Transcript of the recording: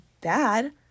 bad